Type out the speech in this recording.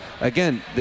again